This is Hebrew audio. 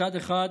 מצד אחד